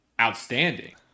outstanding